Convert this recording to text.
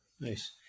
Nice